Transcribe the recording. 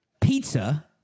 Pizza